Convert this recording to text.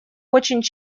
очень